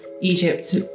egypt